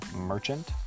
Merchant